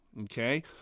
okay